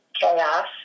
chaos